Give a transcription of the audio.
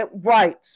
Right